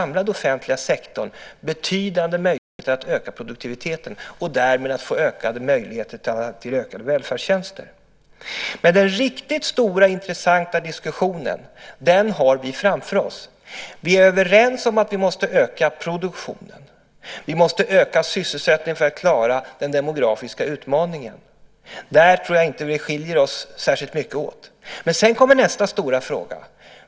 Men visst finns det betydande möjligheter att öka produktiviteten i den samlade offentliga sektorn, och därmed kan man få möjligheter till ökade välfärdstjänster. Men den riktigt stora intressanta diskussionen har vi framför oss. Vi är överens om att vi måste öka produktionen. Vi måste öka sysselsättningen för att klara den demografiska utmaningen. Där tror jag inte att vi skiljer oss särskilt mycket åt. Men sedan kommer nästa stora fråga.